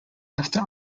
after